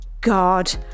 god